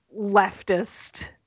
leftist